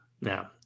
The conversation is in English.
now